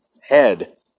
Head